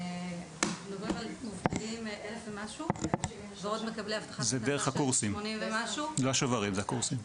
לרוב המובטלים ומקבלי הבטחת הכנסה --- זה לא שוברים זה הקורסים.